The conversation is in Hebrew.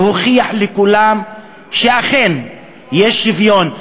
להוכיח לכולם שאכן יש שוויון,